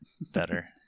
better